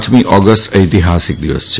ઠમી August ઐતિહાસિક દિવસ છે